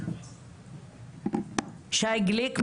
שי גליק,